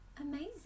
amazing